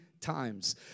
times